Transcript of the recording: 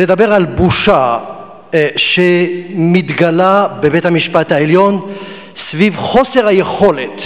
ולדבר על בושה שמתגלה בבית-המשפט העליון סביב חוסר היכולת